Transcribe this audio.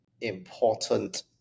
important